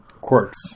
quirks